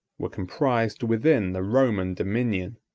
were comprised within the roman dominion.